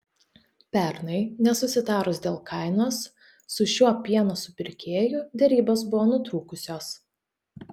pernai nesusitarus dėl kainos su šiuo pieno supirkėju derybos buvo nutrūkusios